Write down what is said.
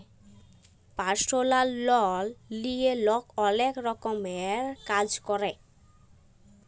পারসলাল লল লিঁয়ে লক অলেক রকমের কাজ ক্যরে